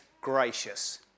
gracious